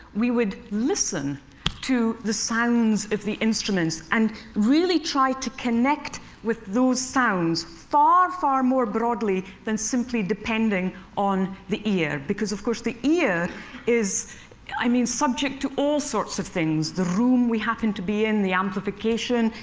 we would listen to the sounds of the instruments, and really try to connect with those sounds far, far more broadly than simply depending on the ear. because of course, the ear is i mean subject to all sorts of things. the room we happen to be in, the amplification,